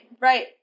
right